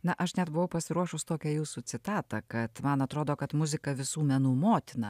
na aš net buvau pasiruošus tokią jūsų citatą kad man atrodo kad muzika visų menų motina